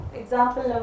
example